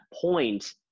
point